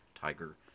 tiger